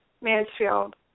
Mansfield